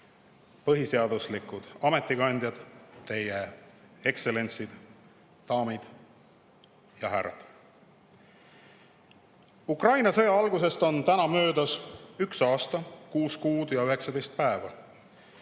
põhiseaduslikud ametikandjad! Teie Ekstsellentsid, daamid ja härrad! Ukraina sõja algusest on täna möödas üks aasta, kuus kuud ja 19 päeva.